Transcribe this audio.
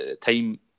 time